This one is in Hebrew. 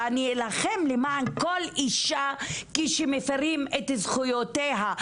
ואני אלחם למען כל אישה כשמפרים את זכויותיה,